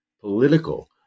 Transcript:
political